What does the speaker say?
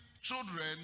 children